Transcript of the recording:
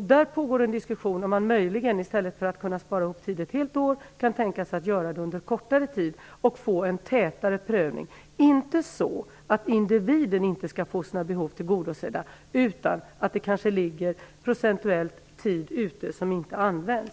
Där pågår en diskussion om man möjligen, i stället för att kunna spara ihop tid under ett helt år, kan tänka sig att göra det under kortare tid och få en tätare prövning. Det skall inte vara så att individen inte skall få sina behov tillgodosedda, men procentuellt ligger det kanske tid ute som inte används.